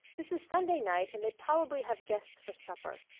this is sunday night and they probably have guests for supper.